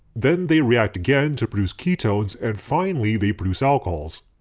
then they react again to produce ketones, and finally they produce alcohols.